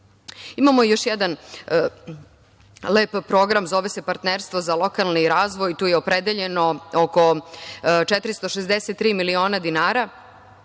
još jedan lep program zove se – Partnerstvo za lokalni razvoj. Tu je opredeljeno oko 463 miliona dinara,